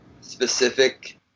specific